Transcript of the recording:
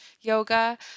yoga